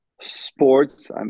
sports